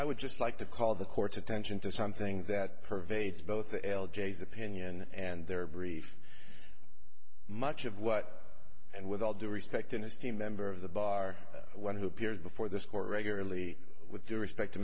i would just like to call the court's attention to something that pervades both jay's opinion and their brief much of what and with all due respect in this team member of the bar one who appears before this court regularly with respect to